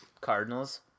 Cardinals